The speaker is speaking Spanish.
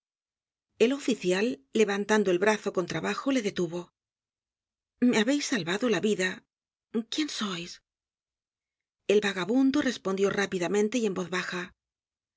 el oficial levantando el brazo con trabajo le detuvo me habeis salvado la vida quién sois el vagabundo respondió rápidamente y en voz baja yo